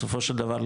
בסופו של דבר,